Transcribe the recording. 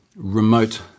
remote